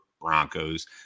Broncos